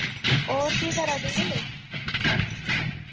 होर केह् करा दे ओ